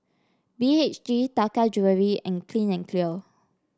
B H G Taka Jewelry and Clean and Clear